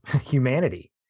humanity